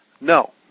no